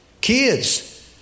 kids